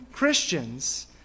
Christians